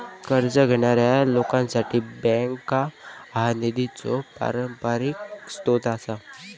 कर्ज घेणाऱ्या लोकांसाठी बँका हा निधीचो पारंपरिक स्रोत आसा